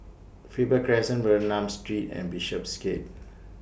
Faber Crescent Bernam Street and Bishopsgate